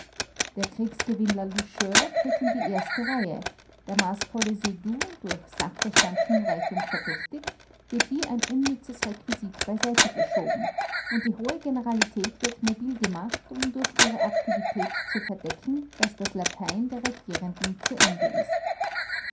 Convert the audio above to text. der kriegsgewinnler loucheur tritt in die erste reihe der maßvolle seydoux durch sachverstand hinreichend verdächtig wird wie ein unnützes requisit beiseite geschoben und die hohe generalität wird mobil gemacht um durch ihre aktivität zu verdecken daß das latein der regierenden zu ende ist